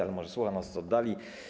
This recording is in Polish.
Ale może słucha nas z oddali.